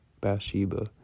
Bathsheba